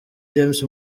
james